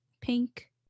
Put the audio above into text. pink